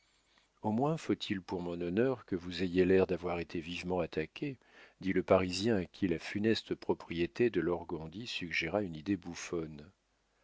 au moins faut-il pour mon honneur que vous ayez l'air d'avoir été vivement attaquée dit le parisien à qui la funeste propriété de l'organdi suggéra une idée bouffonne